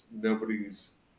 nobody's